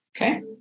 Okay